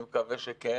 אני מקווה שכן.